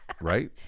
Right